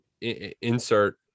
insert